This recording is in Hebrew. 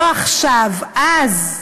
לא עכשיו, אז.